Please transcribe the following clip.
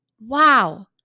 wow